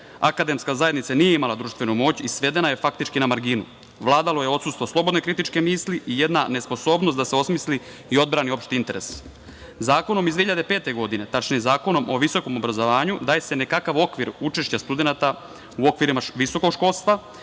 akademska zajednica nije imala društvenu moć i svedena je, faktički, na marginu. Vladalo je odsustvo slobodne kritičke misli i jedna nesposobnost da se osmisli i odbrani opšti interes. Zakonom iz 2005. godine, tačnije Zakonom o visokom obrazovanju, daje se nekakav okvir učešća studenata u okvirima visokog školstva